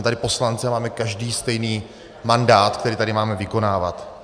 My jsme tady poslanci a máme každý stejný mandát, který tady máme vykonávat.